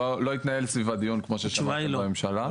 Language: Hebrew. לא התנהל סביבה דיון כמו ששמעת, בממשלה.